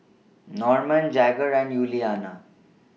Norman Jagger and Yuliana